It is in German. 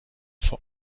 vor